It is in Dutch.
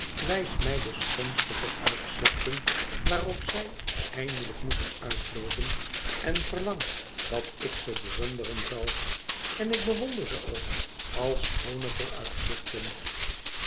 wijst mij de schoonste vooruitzichten waarop zij eindelijk moeten uitloopen en verlangt dat ik ze bewonderen zal en ik bewonder ze ook als schoone vooruitzichten